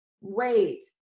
wait